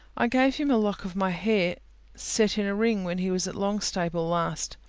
i gave him a lock of my hair set in a ring when he was at longstaple last,